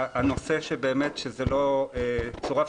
שזה לא צורף,